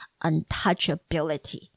untouchability